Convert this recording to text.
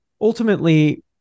ultimately